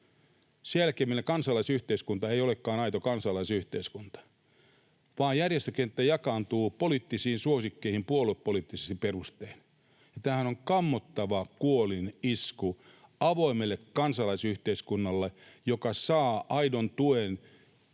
Sen jälkeen meidän kansalaisyhteiskunta ei olekaan aito kansalaisyhteiskunta, vaan järjestökenttä jakaantuu poliittisiin suosikkeihin puoluepoliittisin perustein. Tämähän on kammottava kuolinisku avoimelle kansalaisyhteiskunnalle, joka saa aidon tuen